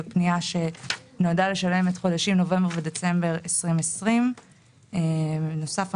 פנייה שנועדה לשלם את חודשים נובמבר ודצמבר 2020. בנוסף,